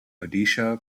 odisha